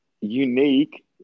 Unique